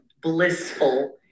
blissful